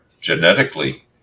genetically